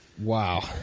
Wow